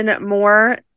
more